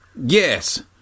Yes